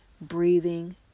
breathing